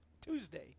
Tuesday